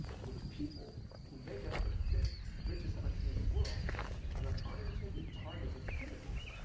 so the people who make us the fifth richest country in the world are the unintended targets of chemicals,